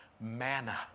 manna